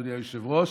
אדוני היושב-ראש.